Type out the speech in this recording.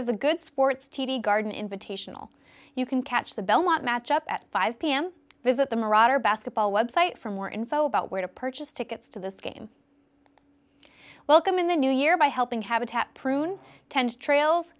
of the good sports t d garden invitational you can catch the belmont match up at five pm visit the marauder basketball website for more info about where to purchase tickets to this game welcome in the new year by helping habitat prune tend to trails